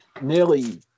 nearly